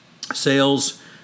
sales